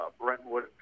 Brentwood